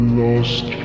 lost